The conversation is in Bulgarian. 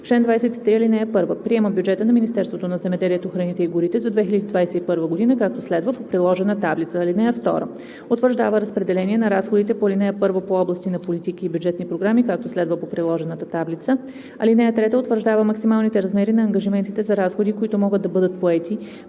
23. (1) Приема бюджета на Министерството на земеделието, храните и горите за 2021 г., както следва – по приложената таблица. (2) Утвърждава разпределение на разходите по ал. 1 по области на политики и бюджетни програми, както следва – по приложената таблица. (3) Утвърждава максималните размери на ангажиментите за разходи, които могат да бъдат поети